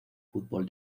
fútbol